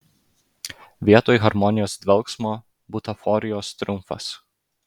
vietoj harmonijos dvelksmo butaforijos triumfas